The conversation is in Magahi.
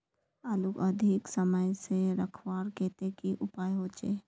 आलूक अधिक समय से रखवार केते की उपाय होचे?